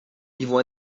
niveau